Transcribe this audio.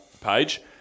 page